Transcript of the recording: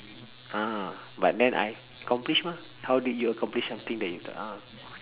ah but then I accomplish mah how did you accomplish something that you thought ah